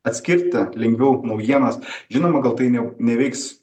atskirti lengviau naujienos žinoma gal tai ne neveiks